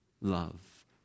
love